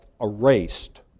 erased